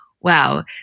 wow